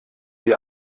die